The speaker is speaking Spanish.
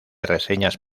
reseñas